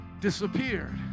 disappeared